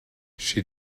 she